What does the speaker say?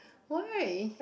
why